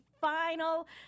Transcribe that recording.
final